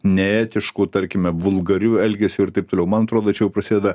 neetišku tarkime vulgariu elgesiu ir taip toliau man atrodo čia jau prasideda